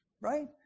right